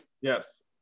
Yes